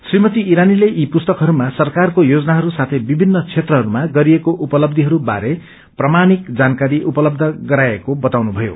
श्रीमती ईरानीले यी पुस्तकहरूमा सरकारको योजनाहरू साथै विभिन्न क्षेत्रहरूमा गरिएको उपलब्बीहरू बारे प्रामाणिक जानकारी उपलब्ब गराइएको बताउनुथयो